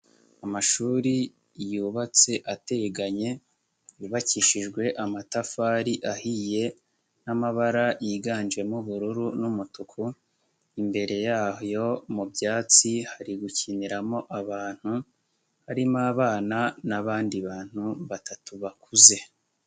Amashuri yubatse ateganye, yubakishijwe amatafari ahiye, n'amabara yiganjemo ubururu n'umutuku, imbere yayo mu byatsi hari gukiniramo abantu, harimo abana n'abandi bantu batatu bakuze.